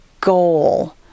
goal